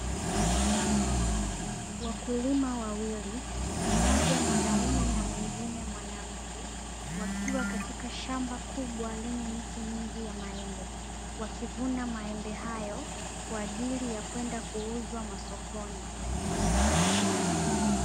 Wakulima wawili, mmoja mwanaume na mwingine mwanamke wakiwa katika shamba kubwa lenye miti mingi ya maembe, wakivuna maembe hayo kwa ajili ya kwenda kuuza masokoni.